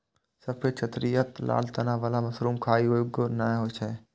सफेद छतरी आ लाल तना बला मशरूम खाइ योग्य नै होइ छै